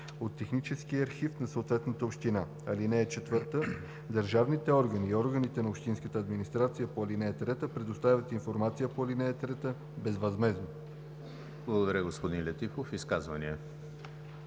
Благодаря, господин Летифов. Изказвания?